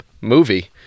movie